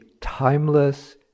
timeless